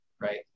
right